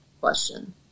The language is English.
question